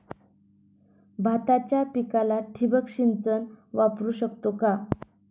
भाताच्या पिकाला ठिबक सिंचन वापरू शकतो का?